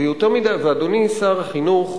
ואדוני שר החינוך,